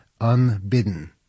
unbidden